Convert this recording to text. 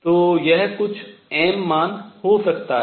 तो यह कुछ m मान हो सकता है